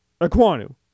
Aquanu